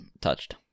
touched